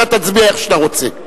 אתה תצביע איך שאתה רוצה.